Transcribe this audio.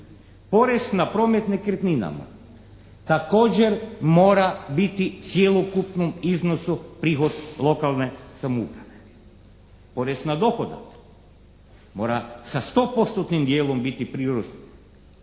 Porez na promet nekretninama također mora biti u cjelokupnom iznosu prihod lokalne samouprave. Porez na dohodak mora sa stopostotnim dijelom biti prirast